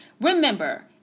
Remember